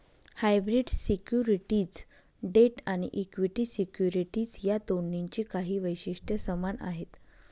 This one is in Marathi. हायब्रीड सिक्युरिटीज डेट आणि इक्विटी सिक्युरिटीज या दोन्हींची काही वैशिष्ट्ये समान आहेत